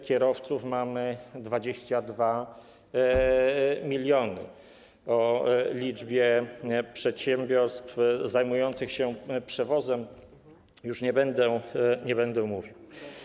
Kierowców mamy 22 mln, o liczbie przedsiębiorstw zajmujących się przewozem już nie będę mówił.